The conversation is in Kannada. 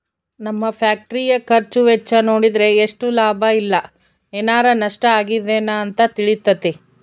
ನಮ್ಮ ಫ್ಯಾಕ್ಟರಿಯ ಖರ್ಚು ವೆಚ್ಚ ನೋಡಿದ್ರೆ ಎಷ್ಟು ಲಾಭ ಇಲ್ಲ ಏನಾರಾ ನಷ್ಟ ಆಗಿದೆನ ಅಂತ ತಿಳಿತತೆ